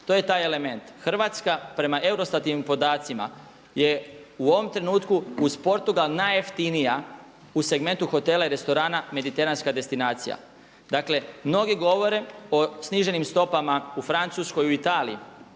To je taj element. Hrvatska prema EUROSTAT podacima je u ovom trenutku uz Portugal najjeftinija u segmentu hotela i restorana mediteranska destinacija. Dakle, mnogi govore o sniženim stopama u Francuskoj, u Italiji.